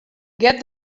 get